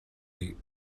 meet